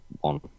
one